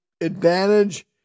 advantage